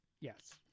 Yes